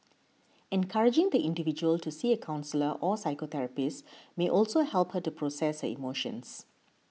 encouraging the individual to see a counsellor or psychotherapist may also help her to process her emotions